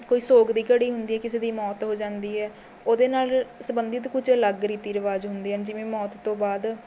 ਕੋਈ ਸੋਗ ਦੀ ਘੜੀ ਹੁੰਦੀ ਹੈ ਕਿਸੇ ਦੀ ਮੌਤ ਹੋ ਜਾਂਦੀ ਹੈ ਉਹਦੇ ਨਾਲ਼ ਸੰਬੰਧਿਤ ਕੁਝ ਅਲੱਗ ਰੀਤੀ ਰਿਵਾਜ ਹੁੰਦੇ ਹਨ ਜਿਵੇਂ ਮੌਤ ਤੋਂ ਬਾਅਦ